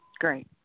Great